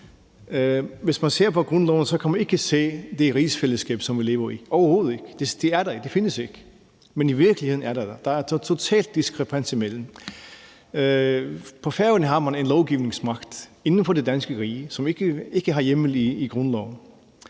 Hvis man ser på grundloven, kan man ikke se det rigsfællesskab, som vi lever i, overhovedet ikke. Det er der ikke. Det findes ikke. Men i virkeligheden er det der. Der er total diskrepans. På Færøerne har man en lovgivningsmagt inden for det danske rige, som ikke har hjemmel i grundloven.